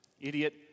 idiot